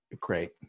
great